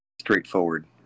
straightforward